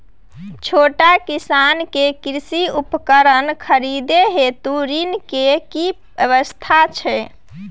छोट किसान के कृषि उपकरण खरीदय हेतु ऋण के की व्यवस्था छै?